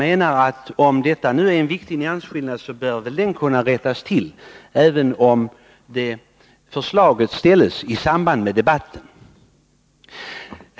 Eftersom de är viktiga bör misstaget enligt min mening kunna rättas till, även om yrkandet har framställts i samband med debatten.